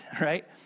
right